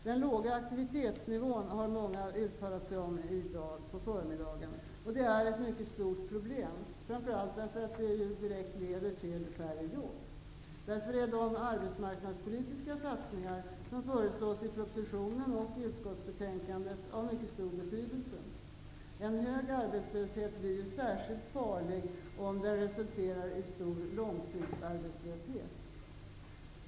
Den låga aktivitetsnivån i ekonomin, som många har talat om i dag på förmiddagen, är ett mycket stort problem framför allt därför att den direkt leder till färre jobb. Därför är de arbetsmarknadspolitiska satsningar, som föreslås i propositionen och i utskottsbetänkandet, av mycket stor betydelse. En hög arbetslöshet blir särskilt farlig om den resulterar i hög långtidsarbetslöshet.